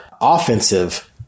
offensive